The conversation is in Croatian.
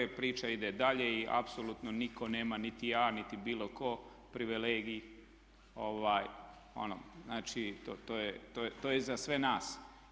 Priča ide dalje i apsolutno niko nema niti a niti bilo ko privilegij, znači to je za sve nas.